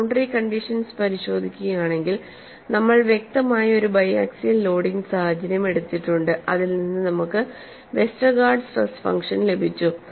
boundary conditions പരിശോധിക്കുകയാണെങ്കിൽ നമ്മൾ വ്യക്തമായി ഒരു ബൈ ആക്സിയൽ ലോഡിംഗ് സാഹചര്യം എടുത്തിട്ടുണ്ട് അതിൽ നിന്ന് നമുക്ക് വെസ്റ്റർഗാർഡ് സ്ട്രെസ് ഫംഗ്ഷൻ ലഭിച്ചു